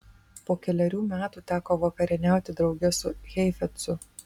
po kelerių metų teko vakarieniauti drauge su heifetzu